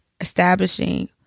establishing